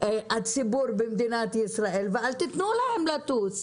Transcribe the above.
הציבור במדינת ישראל ואל תתנו להם לטוס.